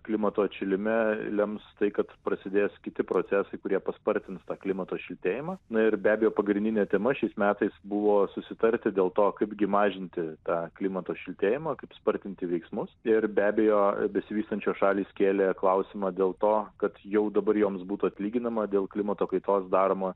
klimato atšilime lems tai kad prasidės kiti procesai kurie paspartins klimato šiltėjimą ir be abejo pagrindinė tema šiais metais buvo susitarti dėl to kaip gi mažinti tą klimato šiltėjimą kaip spartinti veiksmus ir be abejo besivystančios šalys kėlė klausimą dėl to kad jau dabar joms būtų atlyginama dėl klimato kaitos daromo